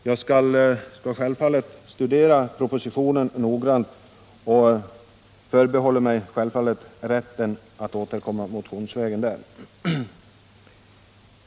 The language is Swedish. Jag skall emellertid studera propositionen noga och förbehåller mig rätten att återkomma motionsvägen.